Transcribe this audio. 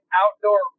outdoor